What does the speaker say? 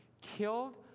killed